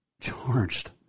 charged